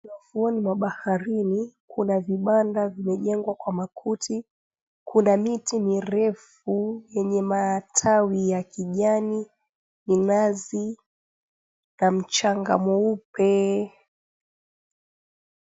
Ufuoni mwa baharini kuna vibanda vimejengwa kwa makuti. Kuna miti mirefu yeye matawi ya kijani, minazi, na mchanga mweupe.